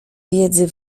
wiedzy